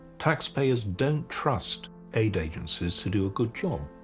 taxpayers don't trust aid agencies to do a good job.